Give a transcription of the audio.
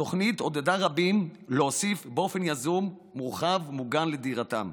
התוכנית עודדה רבים להוסיף באופן יזום מרחב מוגן לדירתם.